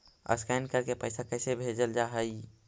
Scan करके पैसा कैसे भेजल जा हइ?